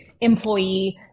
employee